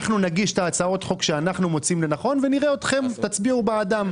אנחנו נגיש הצעות חוק שאנחנו מוצאים לנכון ונראה אם תצביעו בעדן.